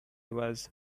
was